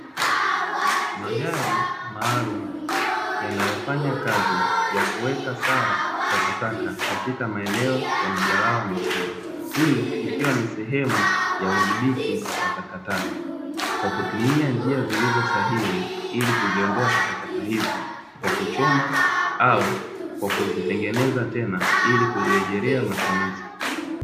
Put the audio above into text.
Magari maalumu yanayofanya kazi ya kuweka sawa takataka katika maeneo ya majalala makubwa, hii ikiwa ni sehemu ya udhibiti wa takataka, kwa kutumia njia zilizo sahihi ili kuziondoa takataka hizo kwa kuchoma au kwa kuzitengeneza tena ili kuirejelea matumizi.